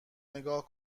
نگاه